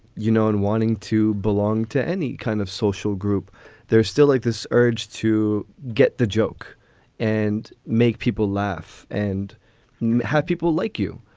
you know, in wanting to belong to any kind of social group there's still like this urge to get the joke and make people laugh and have people like you.